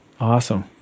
Awesome